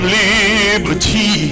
liberty